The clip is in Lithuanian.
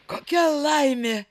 kokia laimė